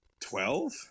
Twelve